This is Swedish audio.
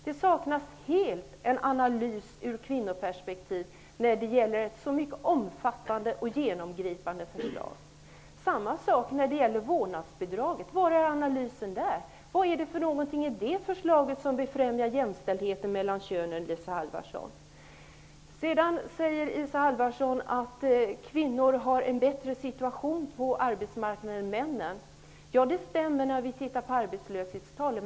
Det gäller ett omfattande och genomgripande förslag, men det saknas helt en analys ur kvinnoperspektiv. Samma sak gäller vårdnadsbidraget. Var är analysen? Vad är det i det förslaget som befrämjar jämställdheten mellan könen, Isa Halvarsson? Sedan säger Isa Halvarsson att kvinnor har en bättre situation på arbetsmarknaden än männen. Ja, det stämmer när vi tittar på arbetslöshetstalen.